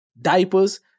diapers